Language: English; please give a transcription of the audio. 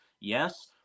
Yes